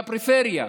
בפריפריה,